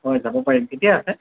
মই যাব পাৰিম কেতিয়া আছে